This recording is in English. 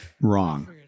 Wrong